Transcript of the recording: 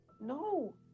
No